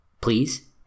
please